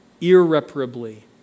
irreparably